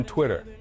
Twitter